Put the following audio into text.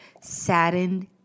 saddened